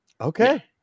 Okay